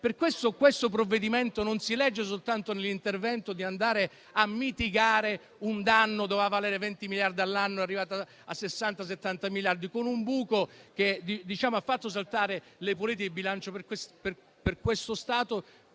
al nostro esame non si legge soltanto nell'intervento di andare a mitigare un danno; doveva valere 20 miliardi all'anno ed è arrivato a 60-70 miliardi, con un buco che ha fatto saltare le politiche di bilancio per questo Stato